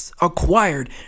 acquired